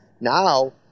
now